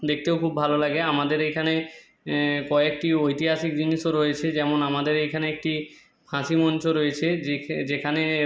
দেখতেও খুব ভালো লাগে আমাদের এইখানে কয়েকটি ঐতিহাসিক জিনিসও রয়েছে যেমন আমাদের এইখানে একটি ফাঁসি মঞ্চ রয়েছে যেখানে